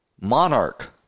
monarch